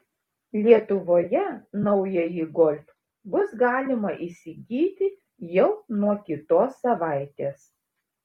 lietuvoje naująjį golf bus galima įsigyti jau nuo kitos savaitės